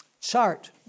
chart